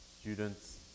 students